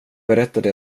berättade